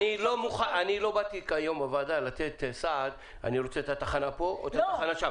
אני לא באתי היום לוועדה לתת סעד לאלה שרוצים תחנה פה או שם.